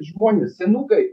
žmonės senukai